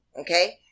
Okay